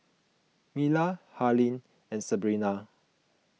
Myla Harlene and Sabrina